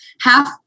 half